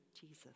Jesus